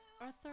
Arthur